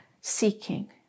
seeking